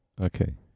Okay